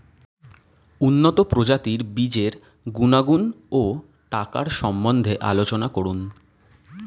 উন্নত প্রজাতির বীজের গুণাগুণ ও টাকার সম্বন্ধে আলোচনা করুন